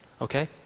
Okay